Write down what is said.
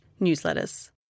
newsletters